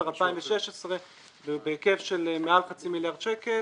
2016 בהיקף שלך מעל חצי מיליארד שקלים